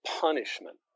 punishment